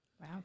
Wow